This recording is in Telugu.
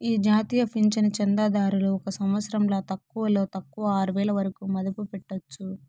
ఈ జాతీయ పింఛను చందాదారులు ఒక సంవత్సరంల తక్కువలో తక్కువ ఆరువేల వరకు మదుపు పెట్టొచ్చు